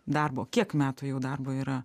darbo kiek metų jau darbo yra